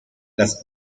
las